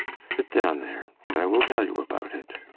sit down there and i will tell you about it.